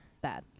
Bad